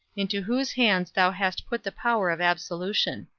into whose hands thou hast put the power of absolution.